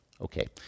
Okay